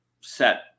set